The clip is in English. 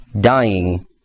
dying